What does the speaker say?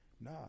Nah